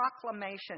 proclamation